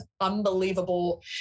unbelievable